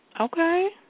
Okay